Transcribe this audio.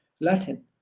Latin